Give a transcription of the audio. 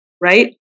right